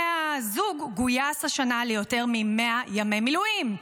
הזוג גויס השנה ליותר מ-100 ימי מילואים.